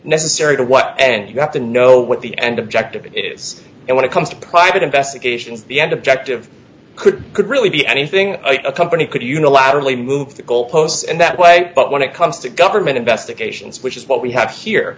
necessary to what and you have to know what and objective and when it comes to private investigations the end objective could could really be anything a company could unilaterally move the goalposts and that way but when it comes to government investigations which is what we have here